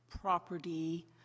property